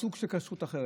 סוג של כשרות אחרת.